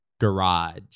garage